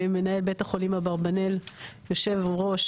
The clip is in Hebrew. מנהל בית החולים אברבנאל יושב ראש